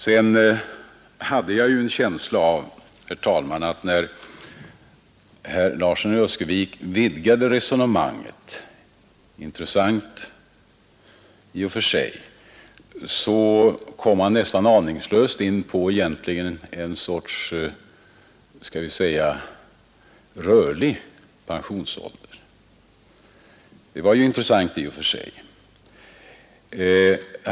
Sedan hade jag en känsla av, herr talman, att herr Larsson i Öskevik, när han vidgade resonemanget, nästan aningslöst kom in på en sorts rörlig pensionsålder, och det var intressant i och för sig.